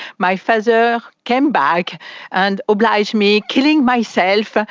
my father came back and obliged me killing myself, ah